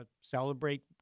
celebrate